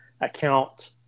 account